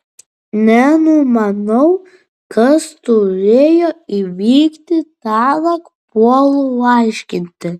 nenumanau kas turėjo įvykti tąnakt puolu aiškinti